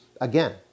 Again